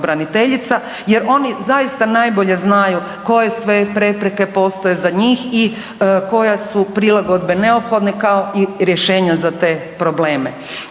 jer oni zaista najbolje znaju koje sve prepreke postoje za njih i koje su prilagodbe neophodne kao i rješenja za te probleme.